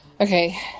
Okay